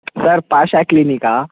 sir Pasha ಕ್ಲೀನಿಕಾ